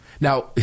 now